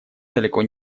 далеко